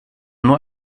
nur